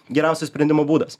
geriausias sprendimo būdas